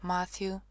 Matthew